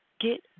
get